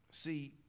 See